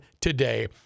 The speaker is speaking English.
today